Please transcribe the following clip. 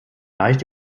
leicht